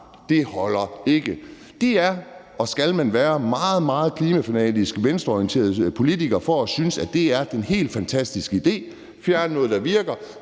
pap, holder det ikke. Det skal man være en meget, meget klimafanatisk, venstreorienteret politiker for at synes er en helt fantastisk idé, altså at fjerne noget, der virker.